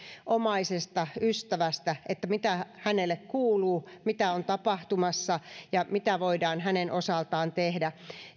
omaisesta tai ystävästä mitä hänelle kuuluu mitä on tapahtumassa ja mitä voidaan hänen osaltaan tehdä